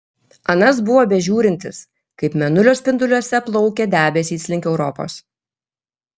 anas buvo bežiūrintis kaip mėnulio spinduliuose plaukia debesys link europos